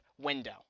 window